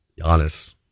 Giannis